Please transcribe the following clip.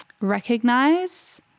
recognize